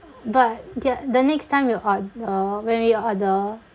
but their the next time we order when we order